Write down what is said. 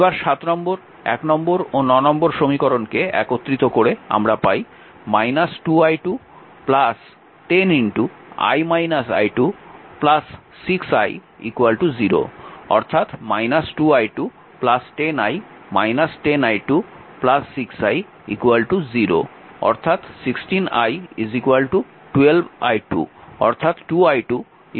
এবার number number ও number সমীকরণকে একত্রিত করে আমরা পাই 2i2 10 6i 0 অর্থাৎ 2i2 10i 10i2 6i 0 অর্থাৎ 16i 12i2 অর্থাৎ 2i2 83i